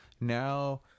Now